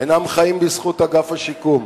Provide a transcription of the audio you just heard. אינם חיים בזכות אגף השיקום,